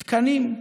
תקנים.